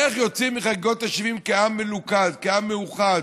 איך יוצאים מחגיגות ה-70 כעם מלוכד, כעם מאוחד,